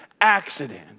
accident